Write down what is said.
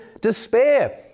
despair